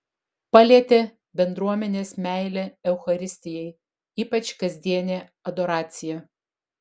palietė bendruomenės meilė eucharistijai ypač kasdienė adoracija